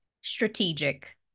Strategic